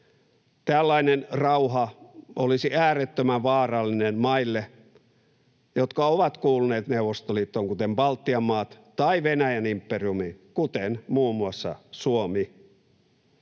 Tällainen rauha olisi äärettömän vaarallinen maille, jotka ovat kuuluneet Neuvostoliittoon, kuten Baltian maat, tai Venäjän imperiumiin, kuten muun muassa Suomi.